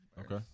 Okay